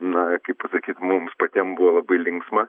na kaip pasakyt mums patiem buvo labai linksma